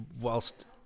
whilst